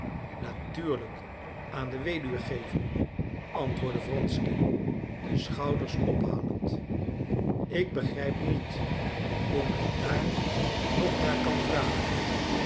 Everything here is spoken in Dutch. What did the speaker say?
natuurlijk aan de weduwe geven antwoordde wronsky de schouders ophalend ik begrijp niet hoe men daar nog naar kan vragen